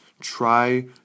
Try